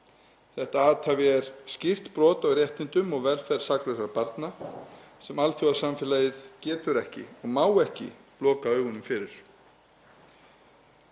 Þetta athæfi er skýrt brot á réttindum og velferð saklausra barna sem alþjóðasamfélagið getur ekki og má ekki loka augunum fyrir.